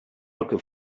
looking